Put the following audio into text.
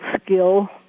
skill